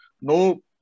No